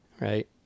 right